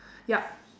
yup